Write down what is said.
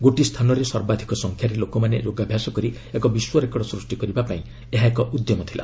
ଗୋଟିଏ ସ୍ଥାନରେ ସର୍ବାଧିକ ସଂଖ୍ୟାରେ ଲୋକମାନେ ଯୋଗାଭ୍ୟାସ କରି ଏକ ବିଶ୍ୱ ରେକର୍ଡ଼ ସୂଷ୍ଟି କରିବାପାଇଁ ଏହା ଏକ ଉଦ୍ୟମ ଥିଲା